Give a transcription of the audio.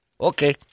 Okay